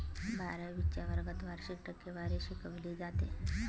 बारावीच्या वर्गात वार्षिक टक्केवारी शिकवली जाते